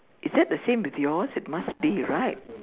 it that the same with yours it must be right